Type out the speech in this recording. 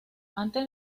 antes